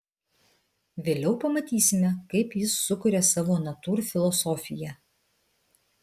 vėliau pamatysime kaip jis sukuria savo natūrfilosofiją